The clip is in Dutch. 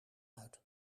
uit